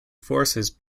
forces